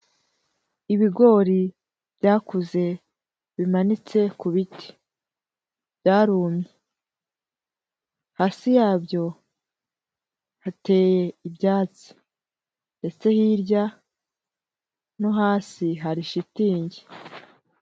Ibigori byakuze bimanitse ku biti. Byarumye. Hasi yabyo hateye ibyatsi, ndetse hirya no hasi hari shitingi.